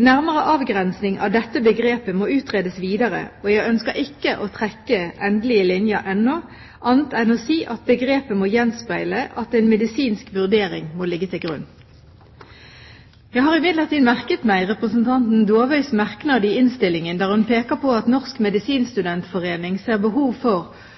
Nærmere avgrensing av dette begrepet må utredes videre, og jeg ønsker ikke å trekke endelige linjer ennå, annet enn å si at begrepet må gjenspeile at en medisinsk vurdering må ligge til grunn. Jeg har imidlertid merket meg representanten Dåvøys merknad i innstillingen, der hun peker på at Norsk medisinstudentforening ser behov for